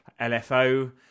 LFO